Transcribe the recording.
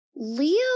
Leo